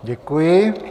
Děkuji.